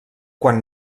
quan